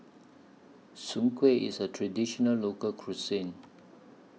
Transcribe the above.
Soon Kuih IS A Traditional Local Cuisine